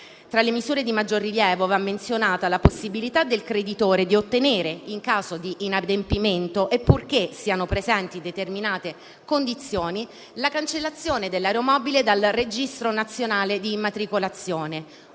Tra le misure di maggior rilievo va menzionata la possibilità del creditore di ottenere, in caso di inadempimento e purché siano presenti determinate condizioni, la cancellazione dell'aeromobile dal registro nazionale di immatricolazione